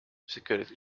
security